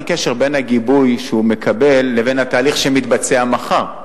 בין הגיבוי שהוא מקבל לבין התהליך שמתבצע מחר.